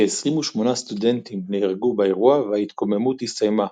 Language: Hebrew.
כ-28 סטודנטים נהרגו באירוע, וההתקוממות הסתיימה,